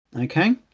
okay